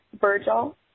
Virgil